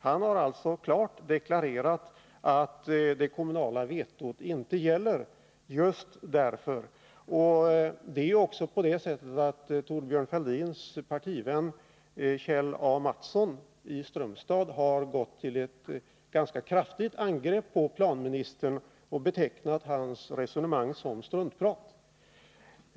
Han har alltså klart deklarerat att det kommunala vetot inte gäller just på grund därav. Thorbjörn Fälldins partivän Kjell A. Mattsson i Strömstad har också gått till ganska kraftigt angrepp mot planministern och betecknat hans resonemang som struntprat.